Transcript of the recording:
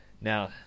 Now